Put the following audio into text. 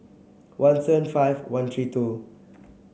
one seven five one three two